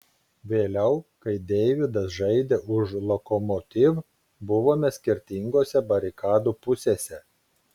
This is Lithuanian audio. vėliau kai deividas žaidė už lokomotiv buvome skirtingose barikadų pusėse